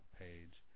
page